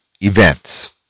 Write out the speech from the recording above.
events